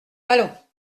allons